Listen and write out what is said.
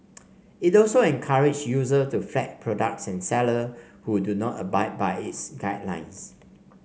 it also encourage user to flag products and seller who do not abide by its guidelines